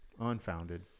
unfounded